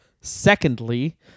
Secondly